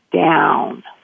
down